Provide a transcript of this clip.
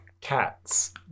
Cats